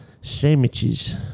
sandwiches